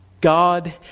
God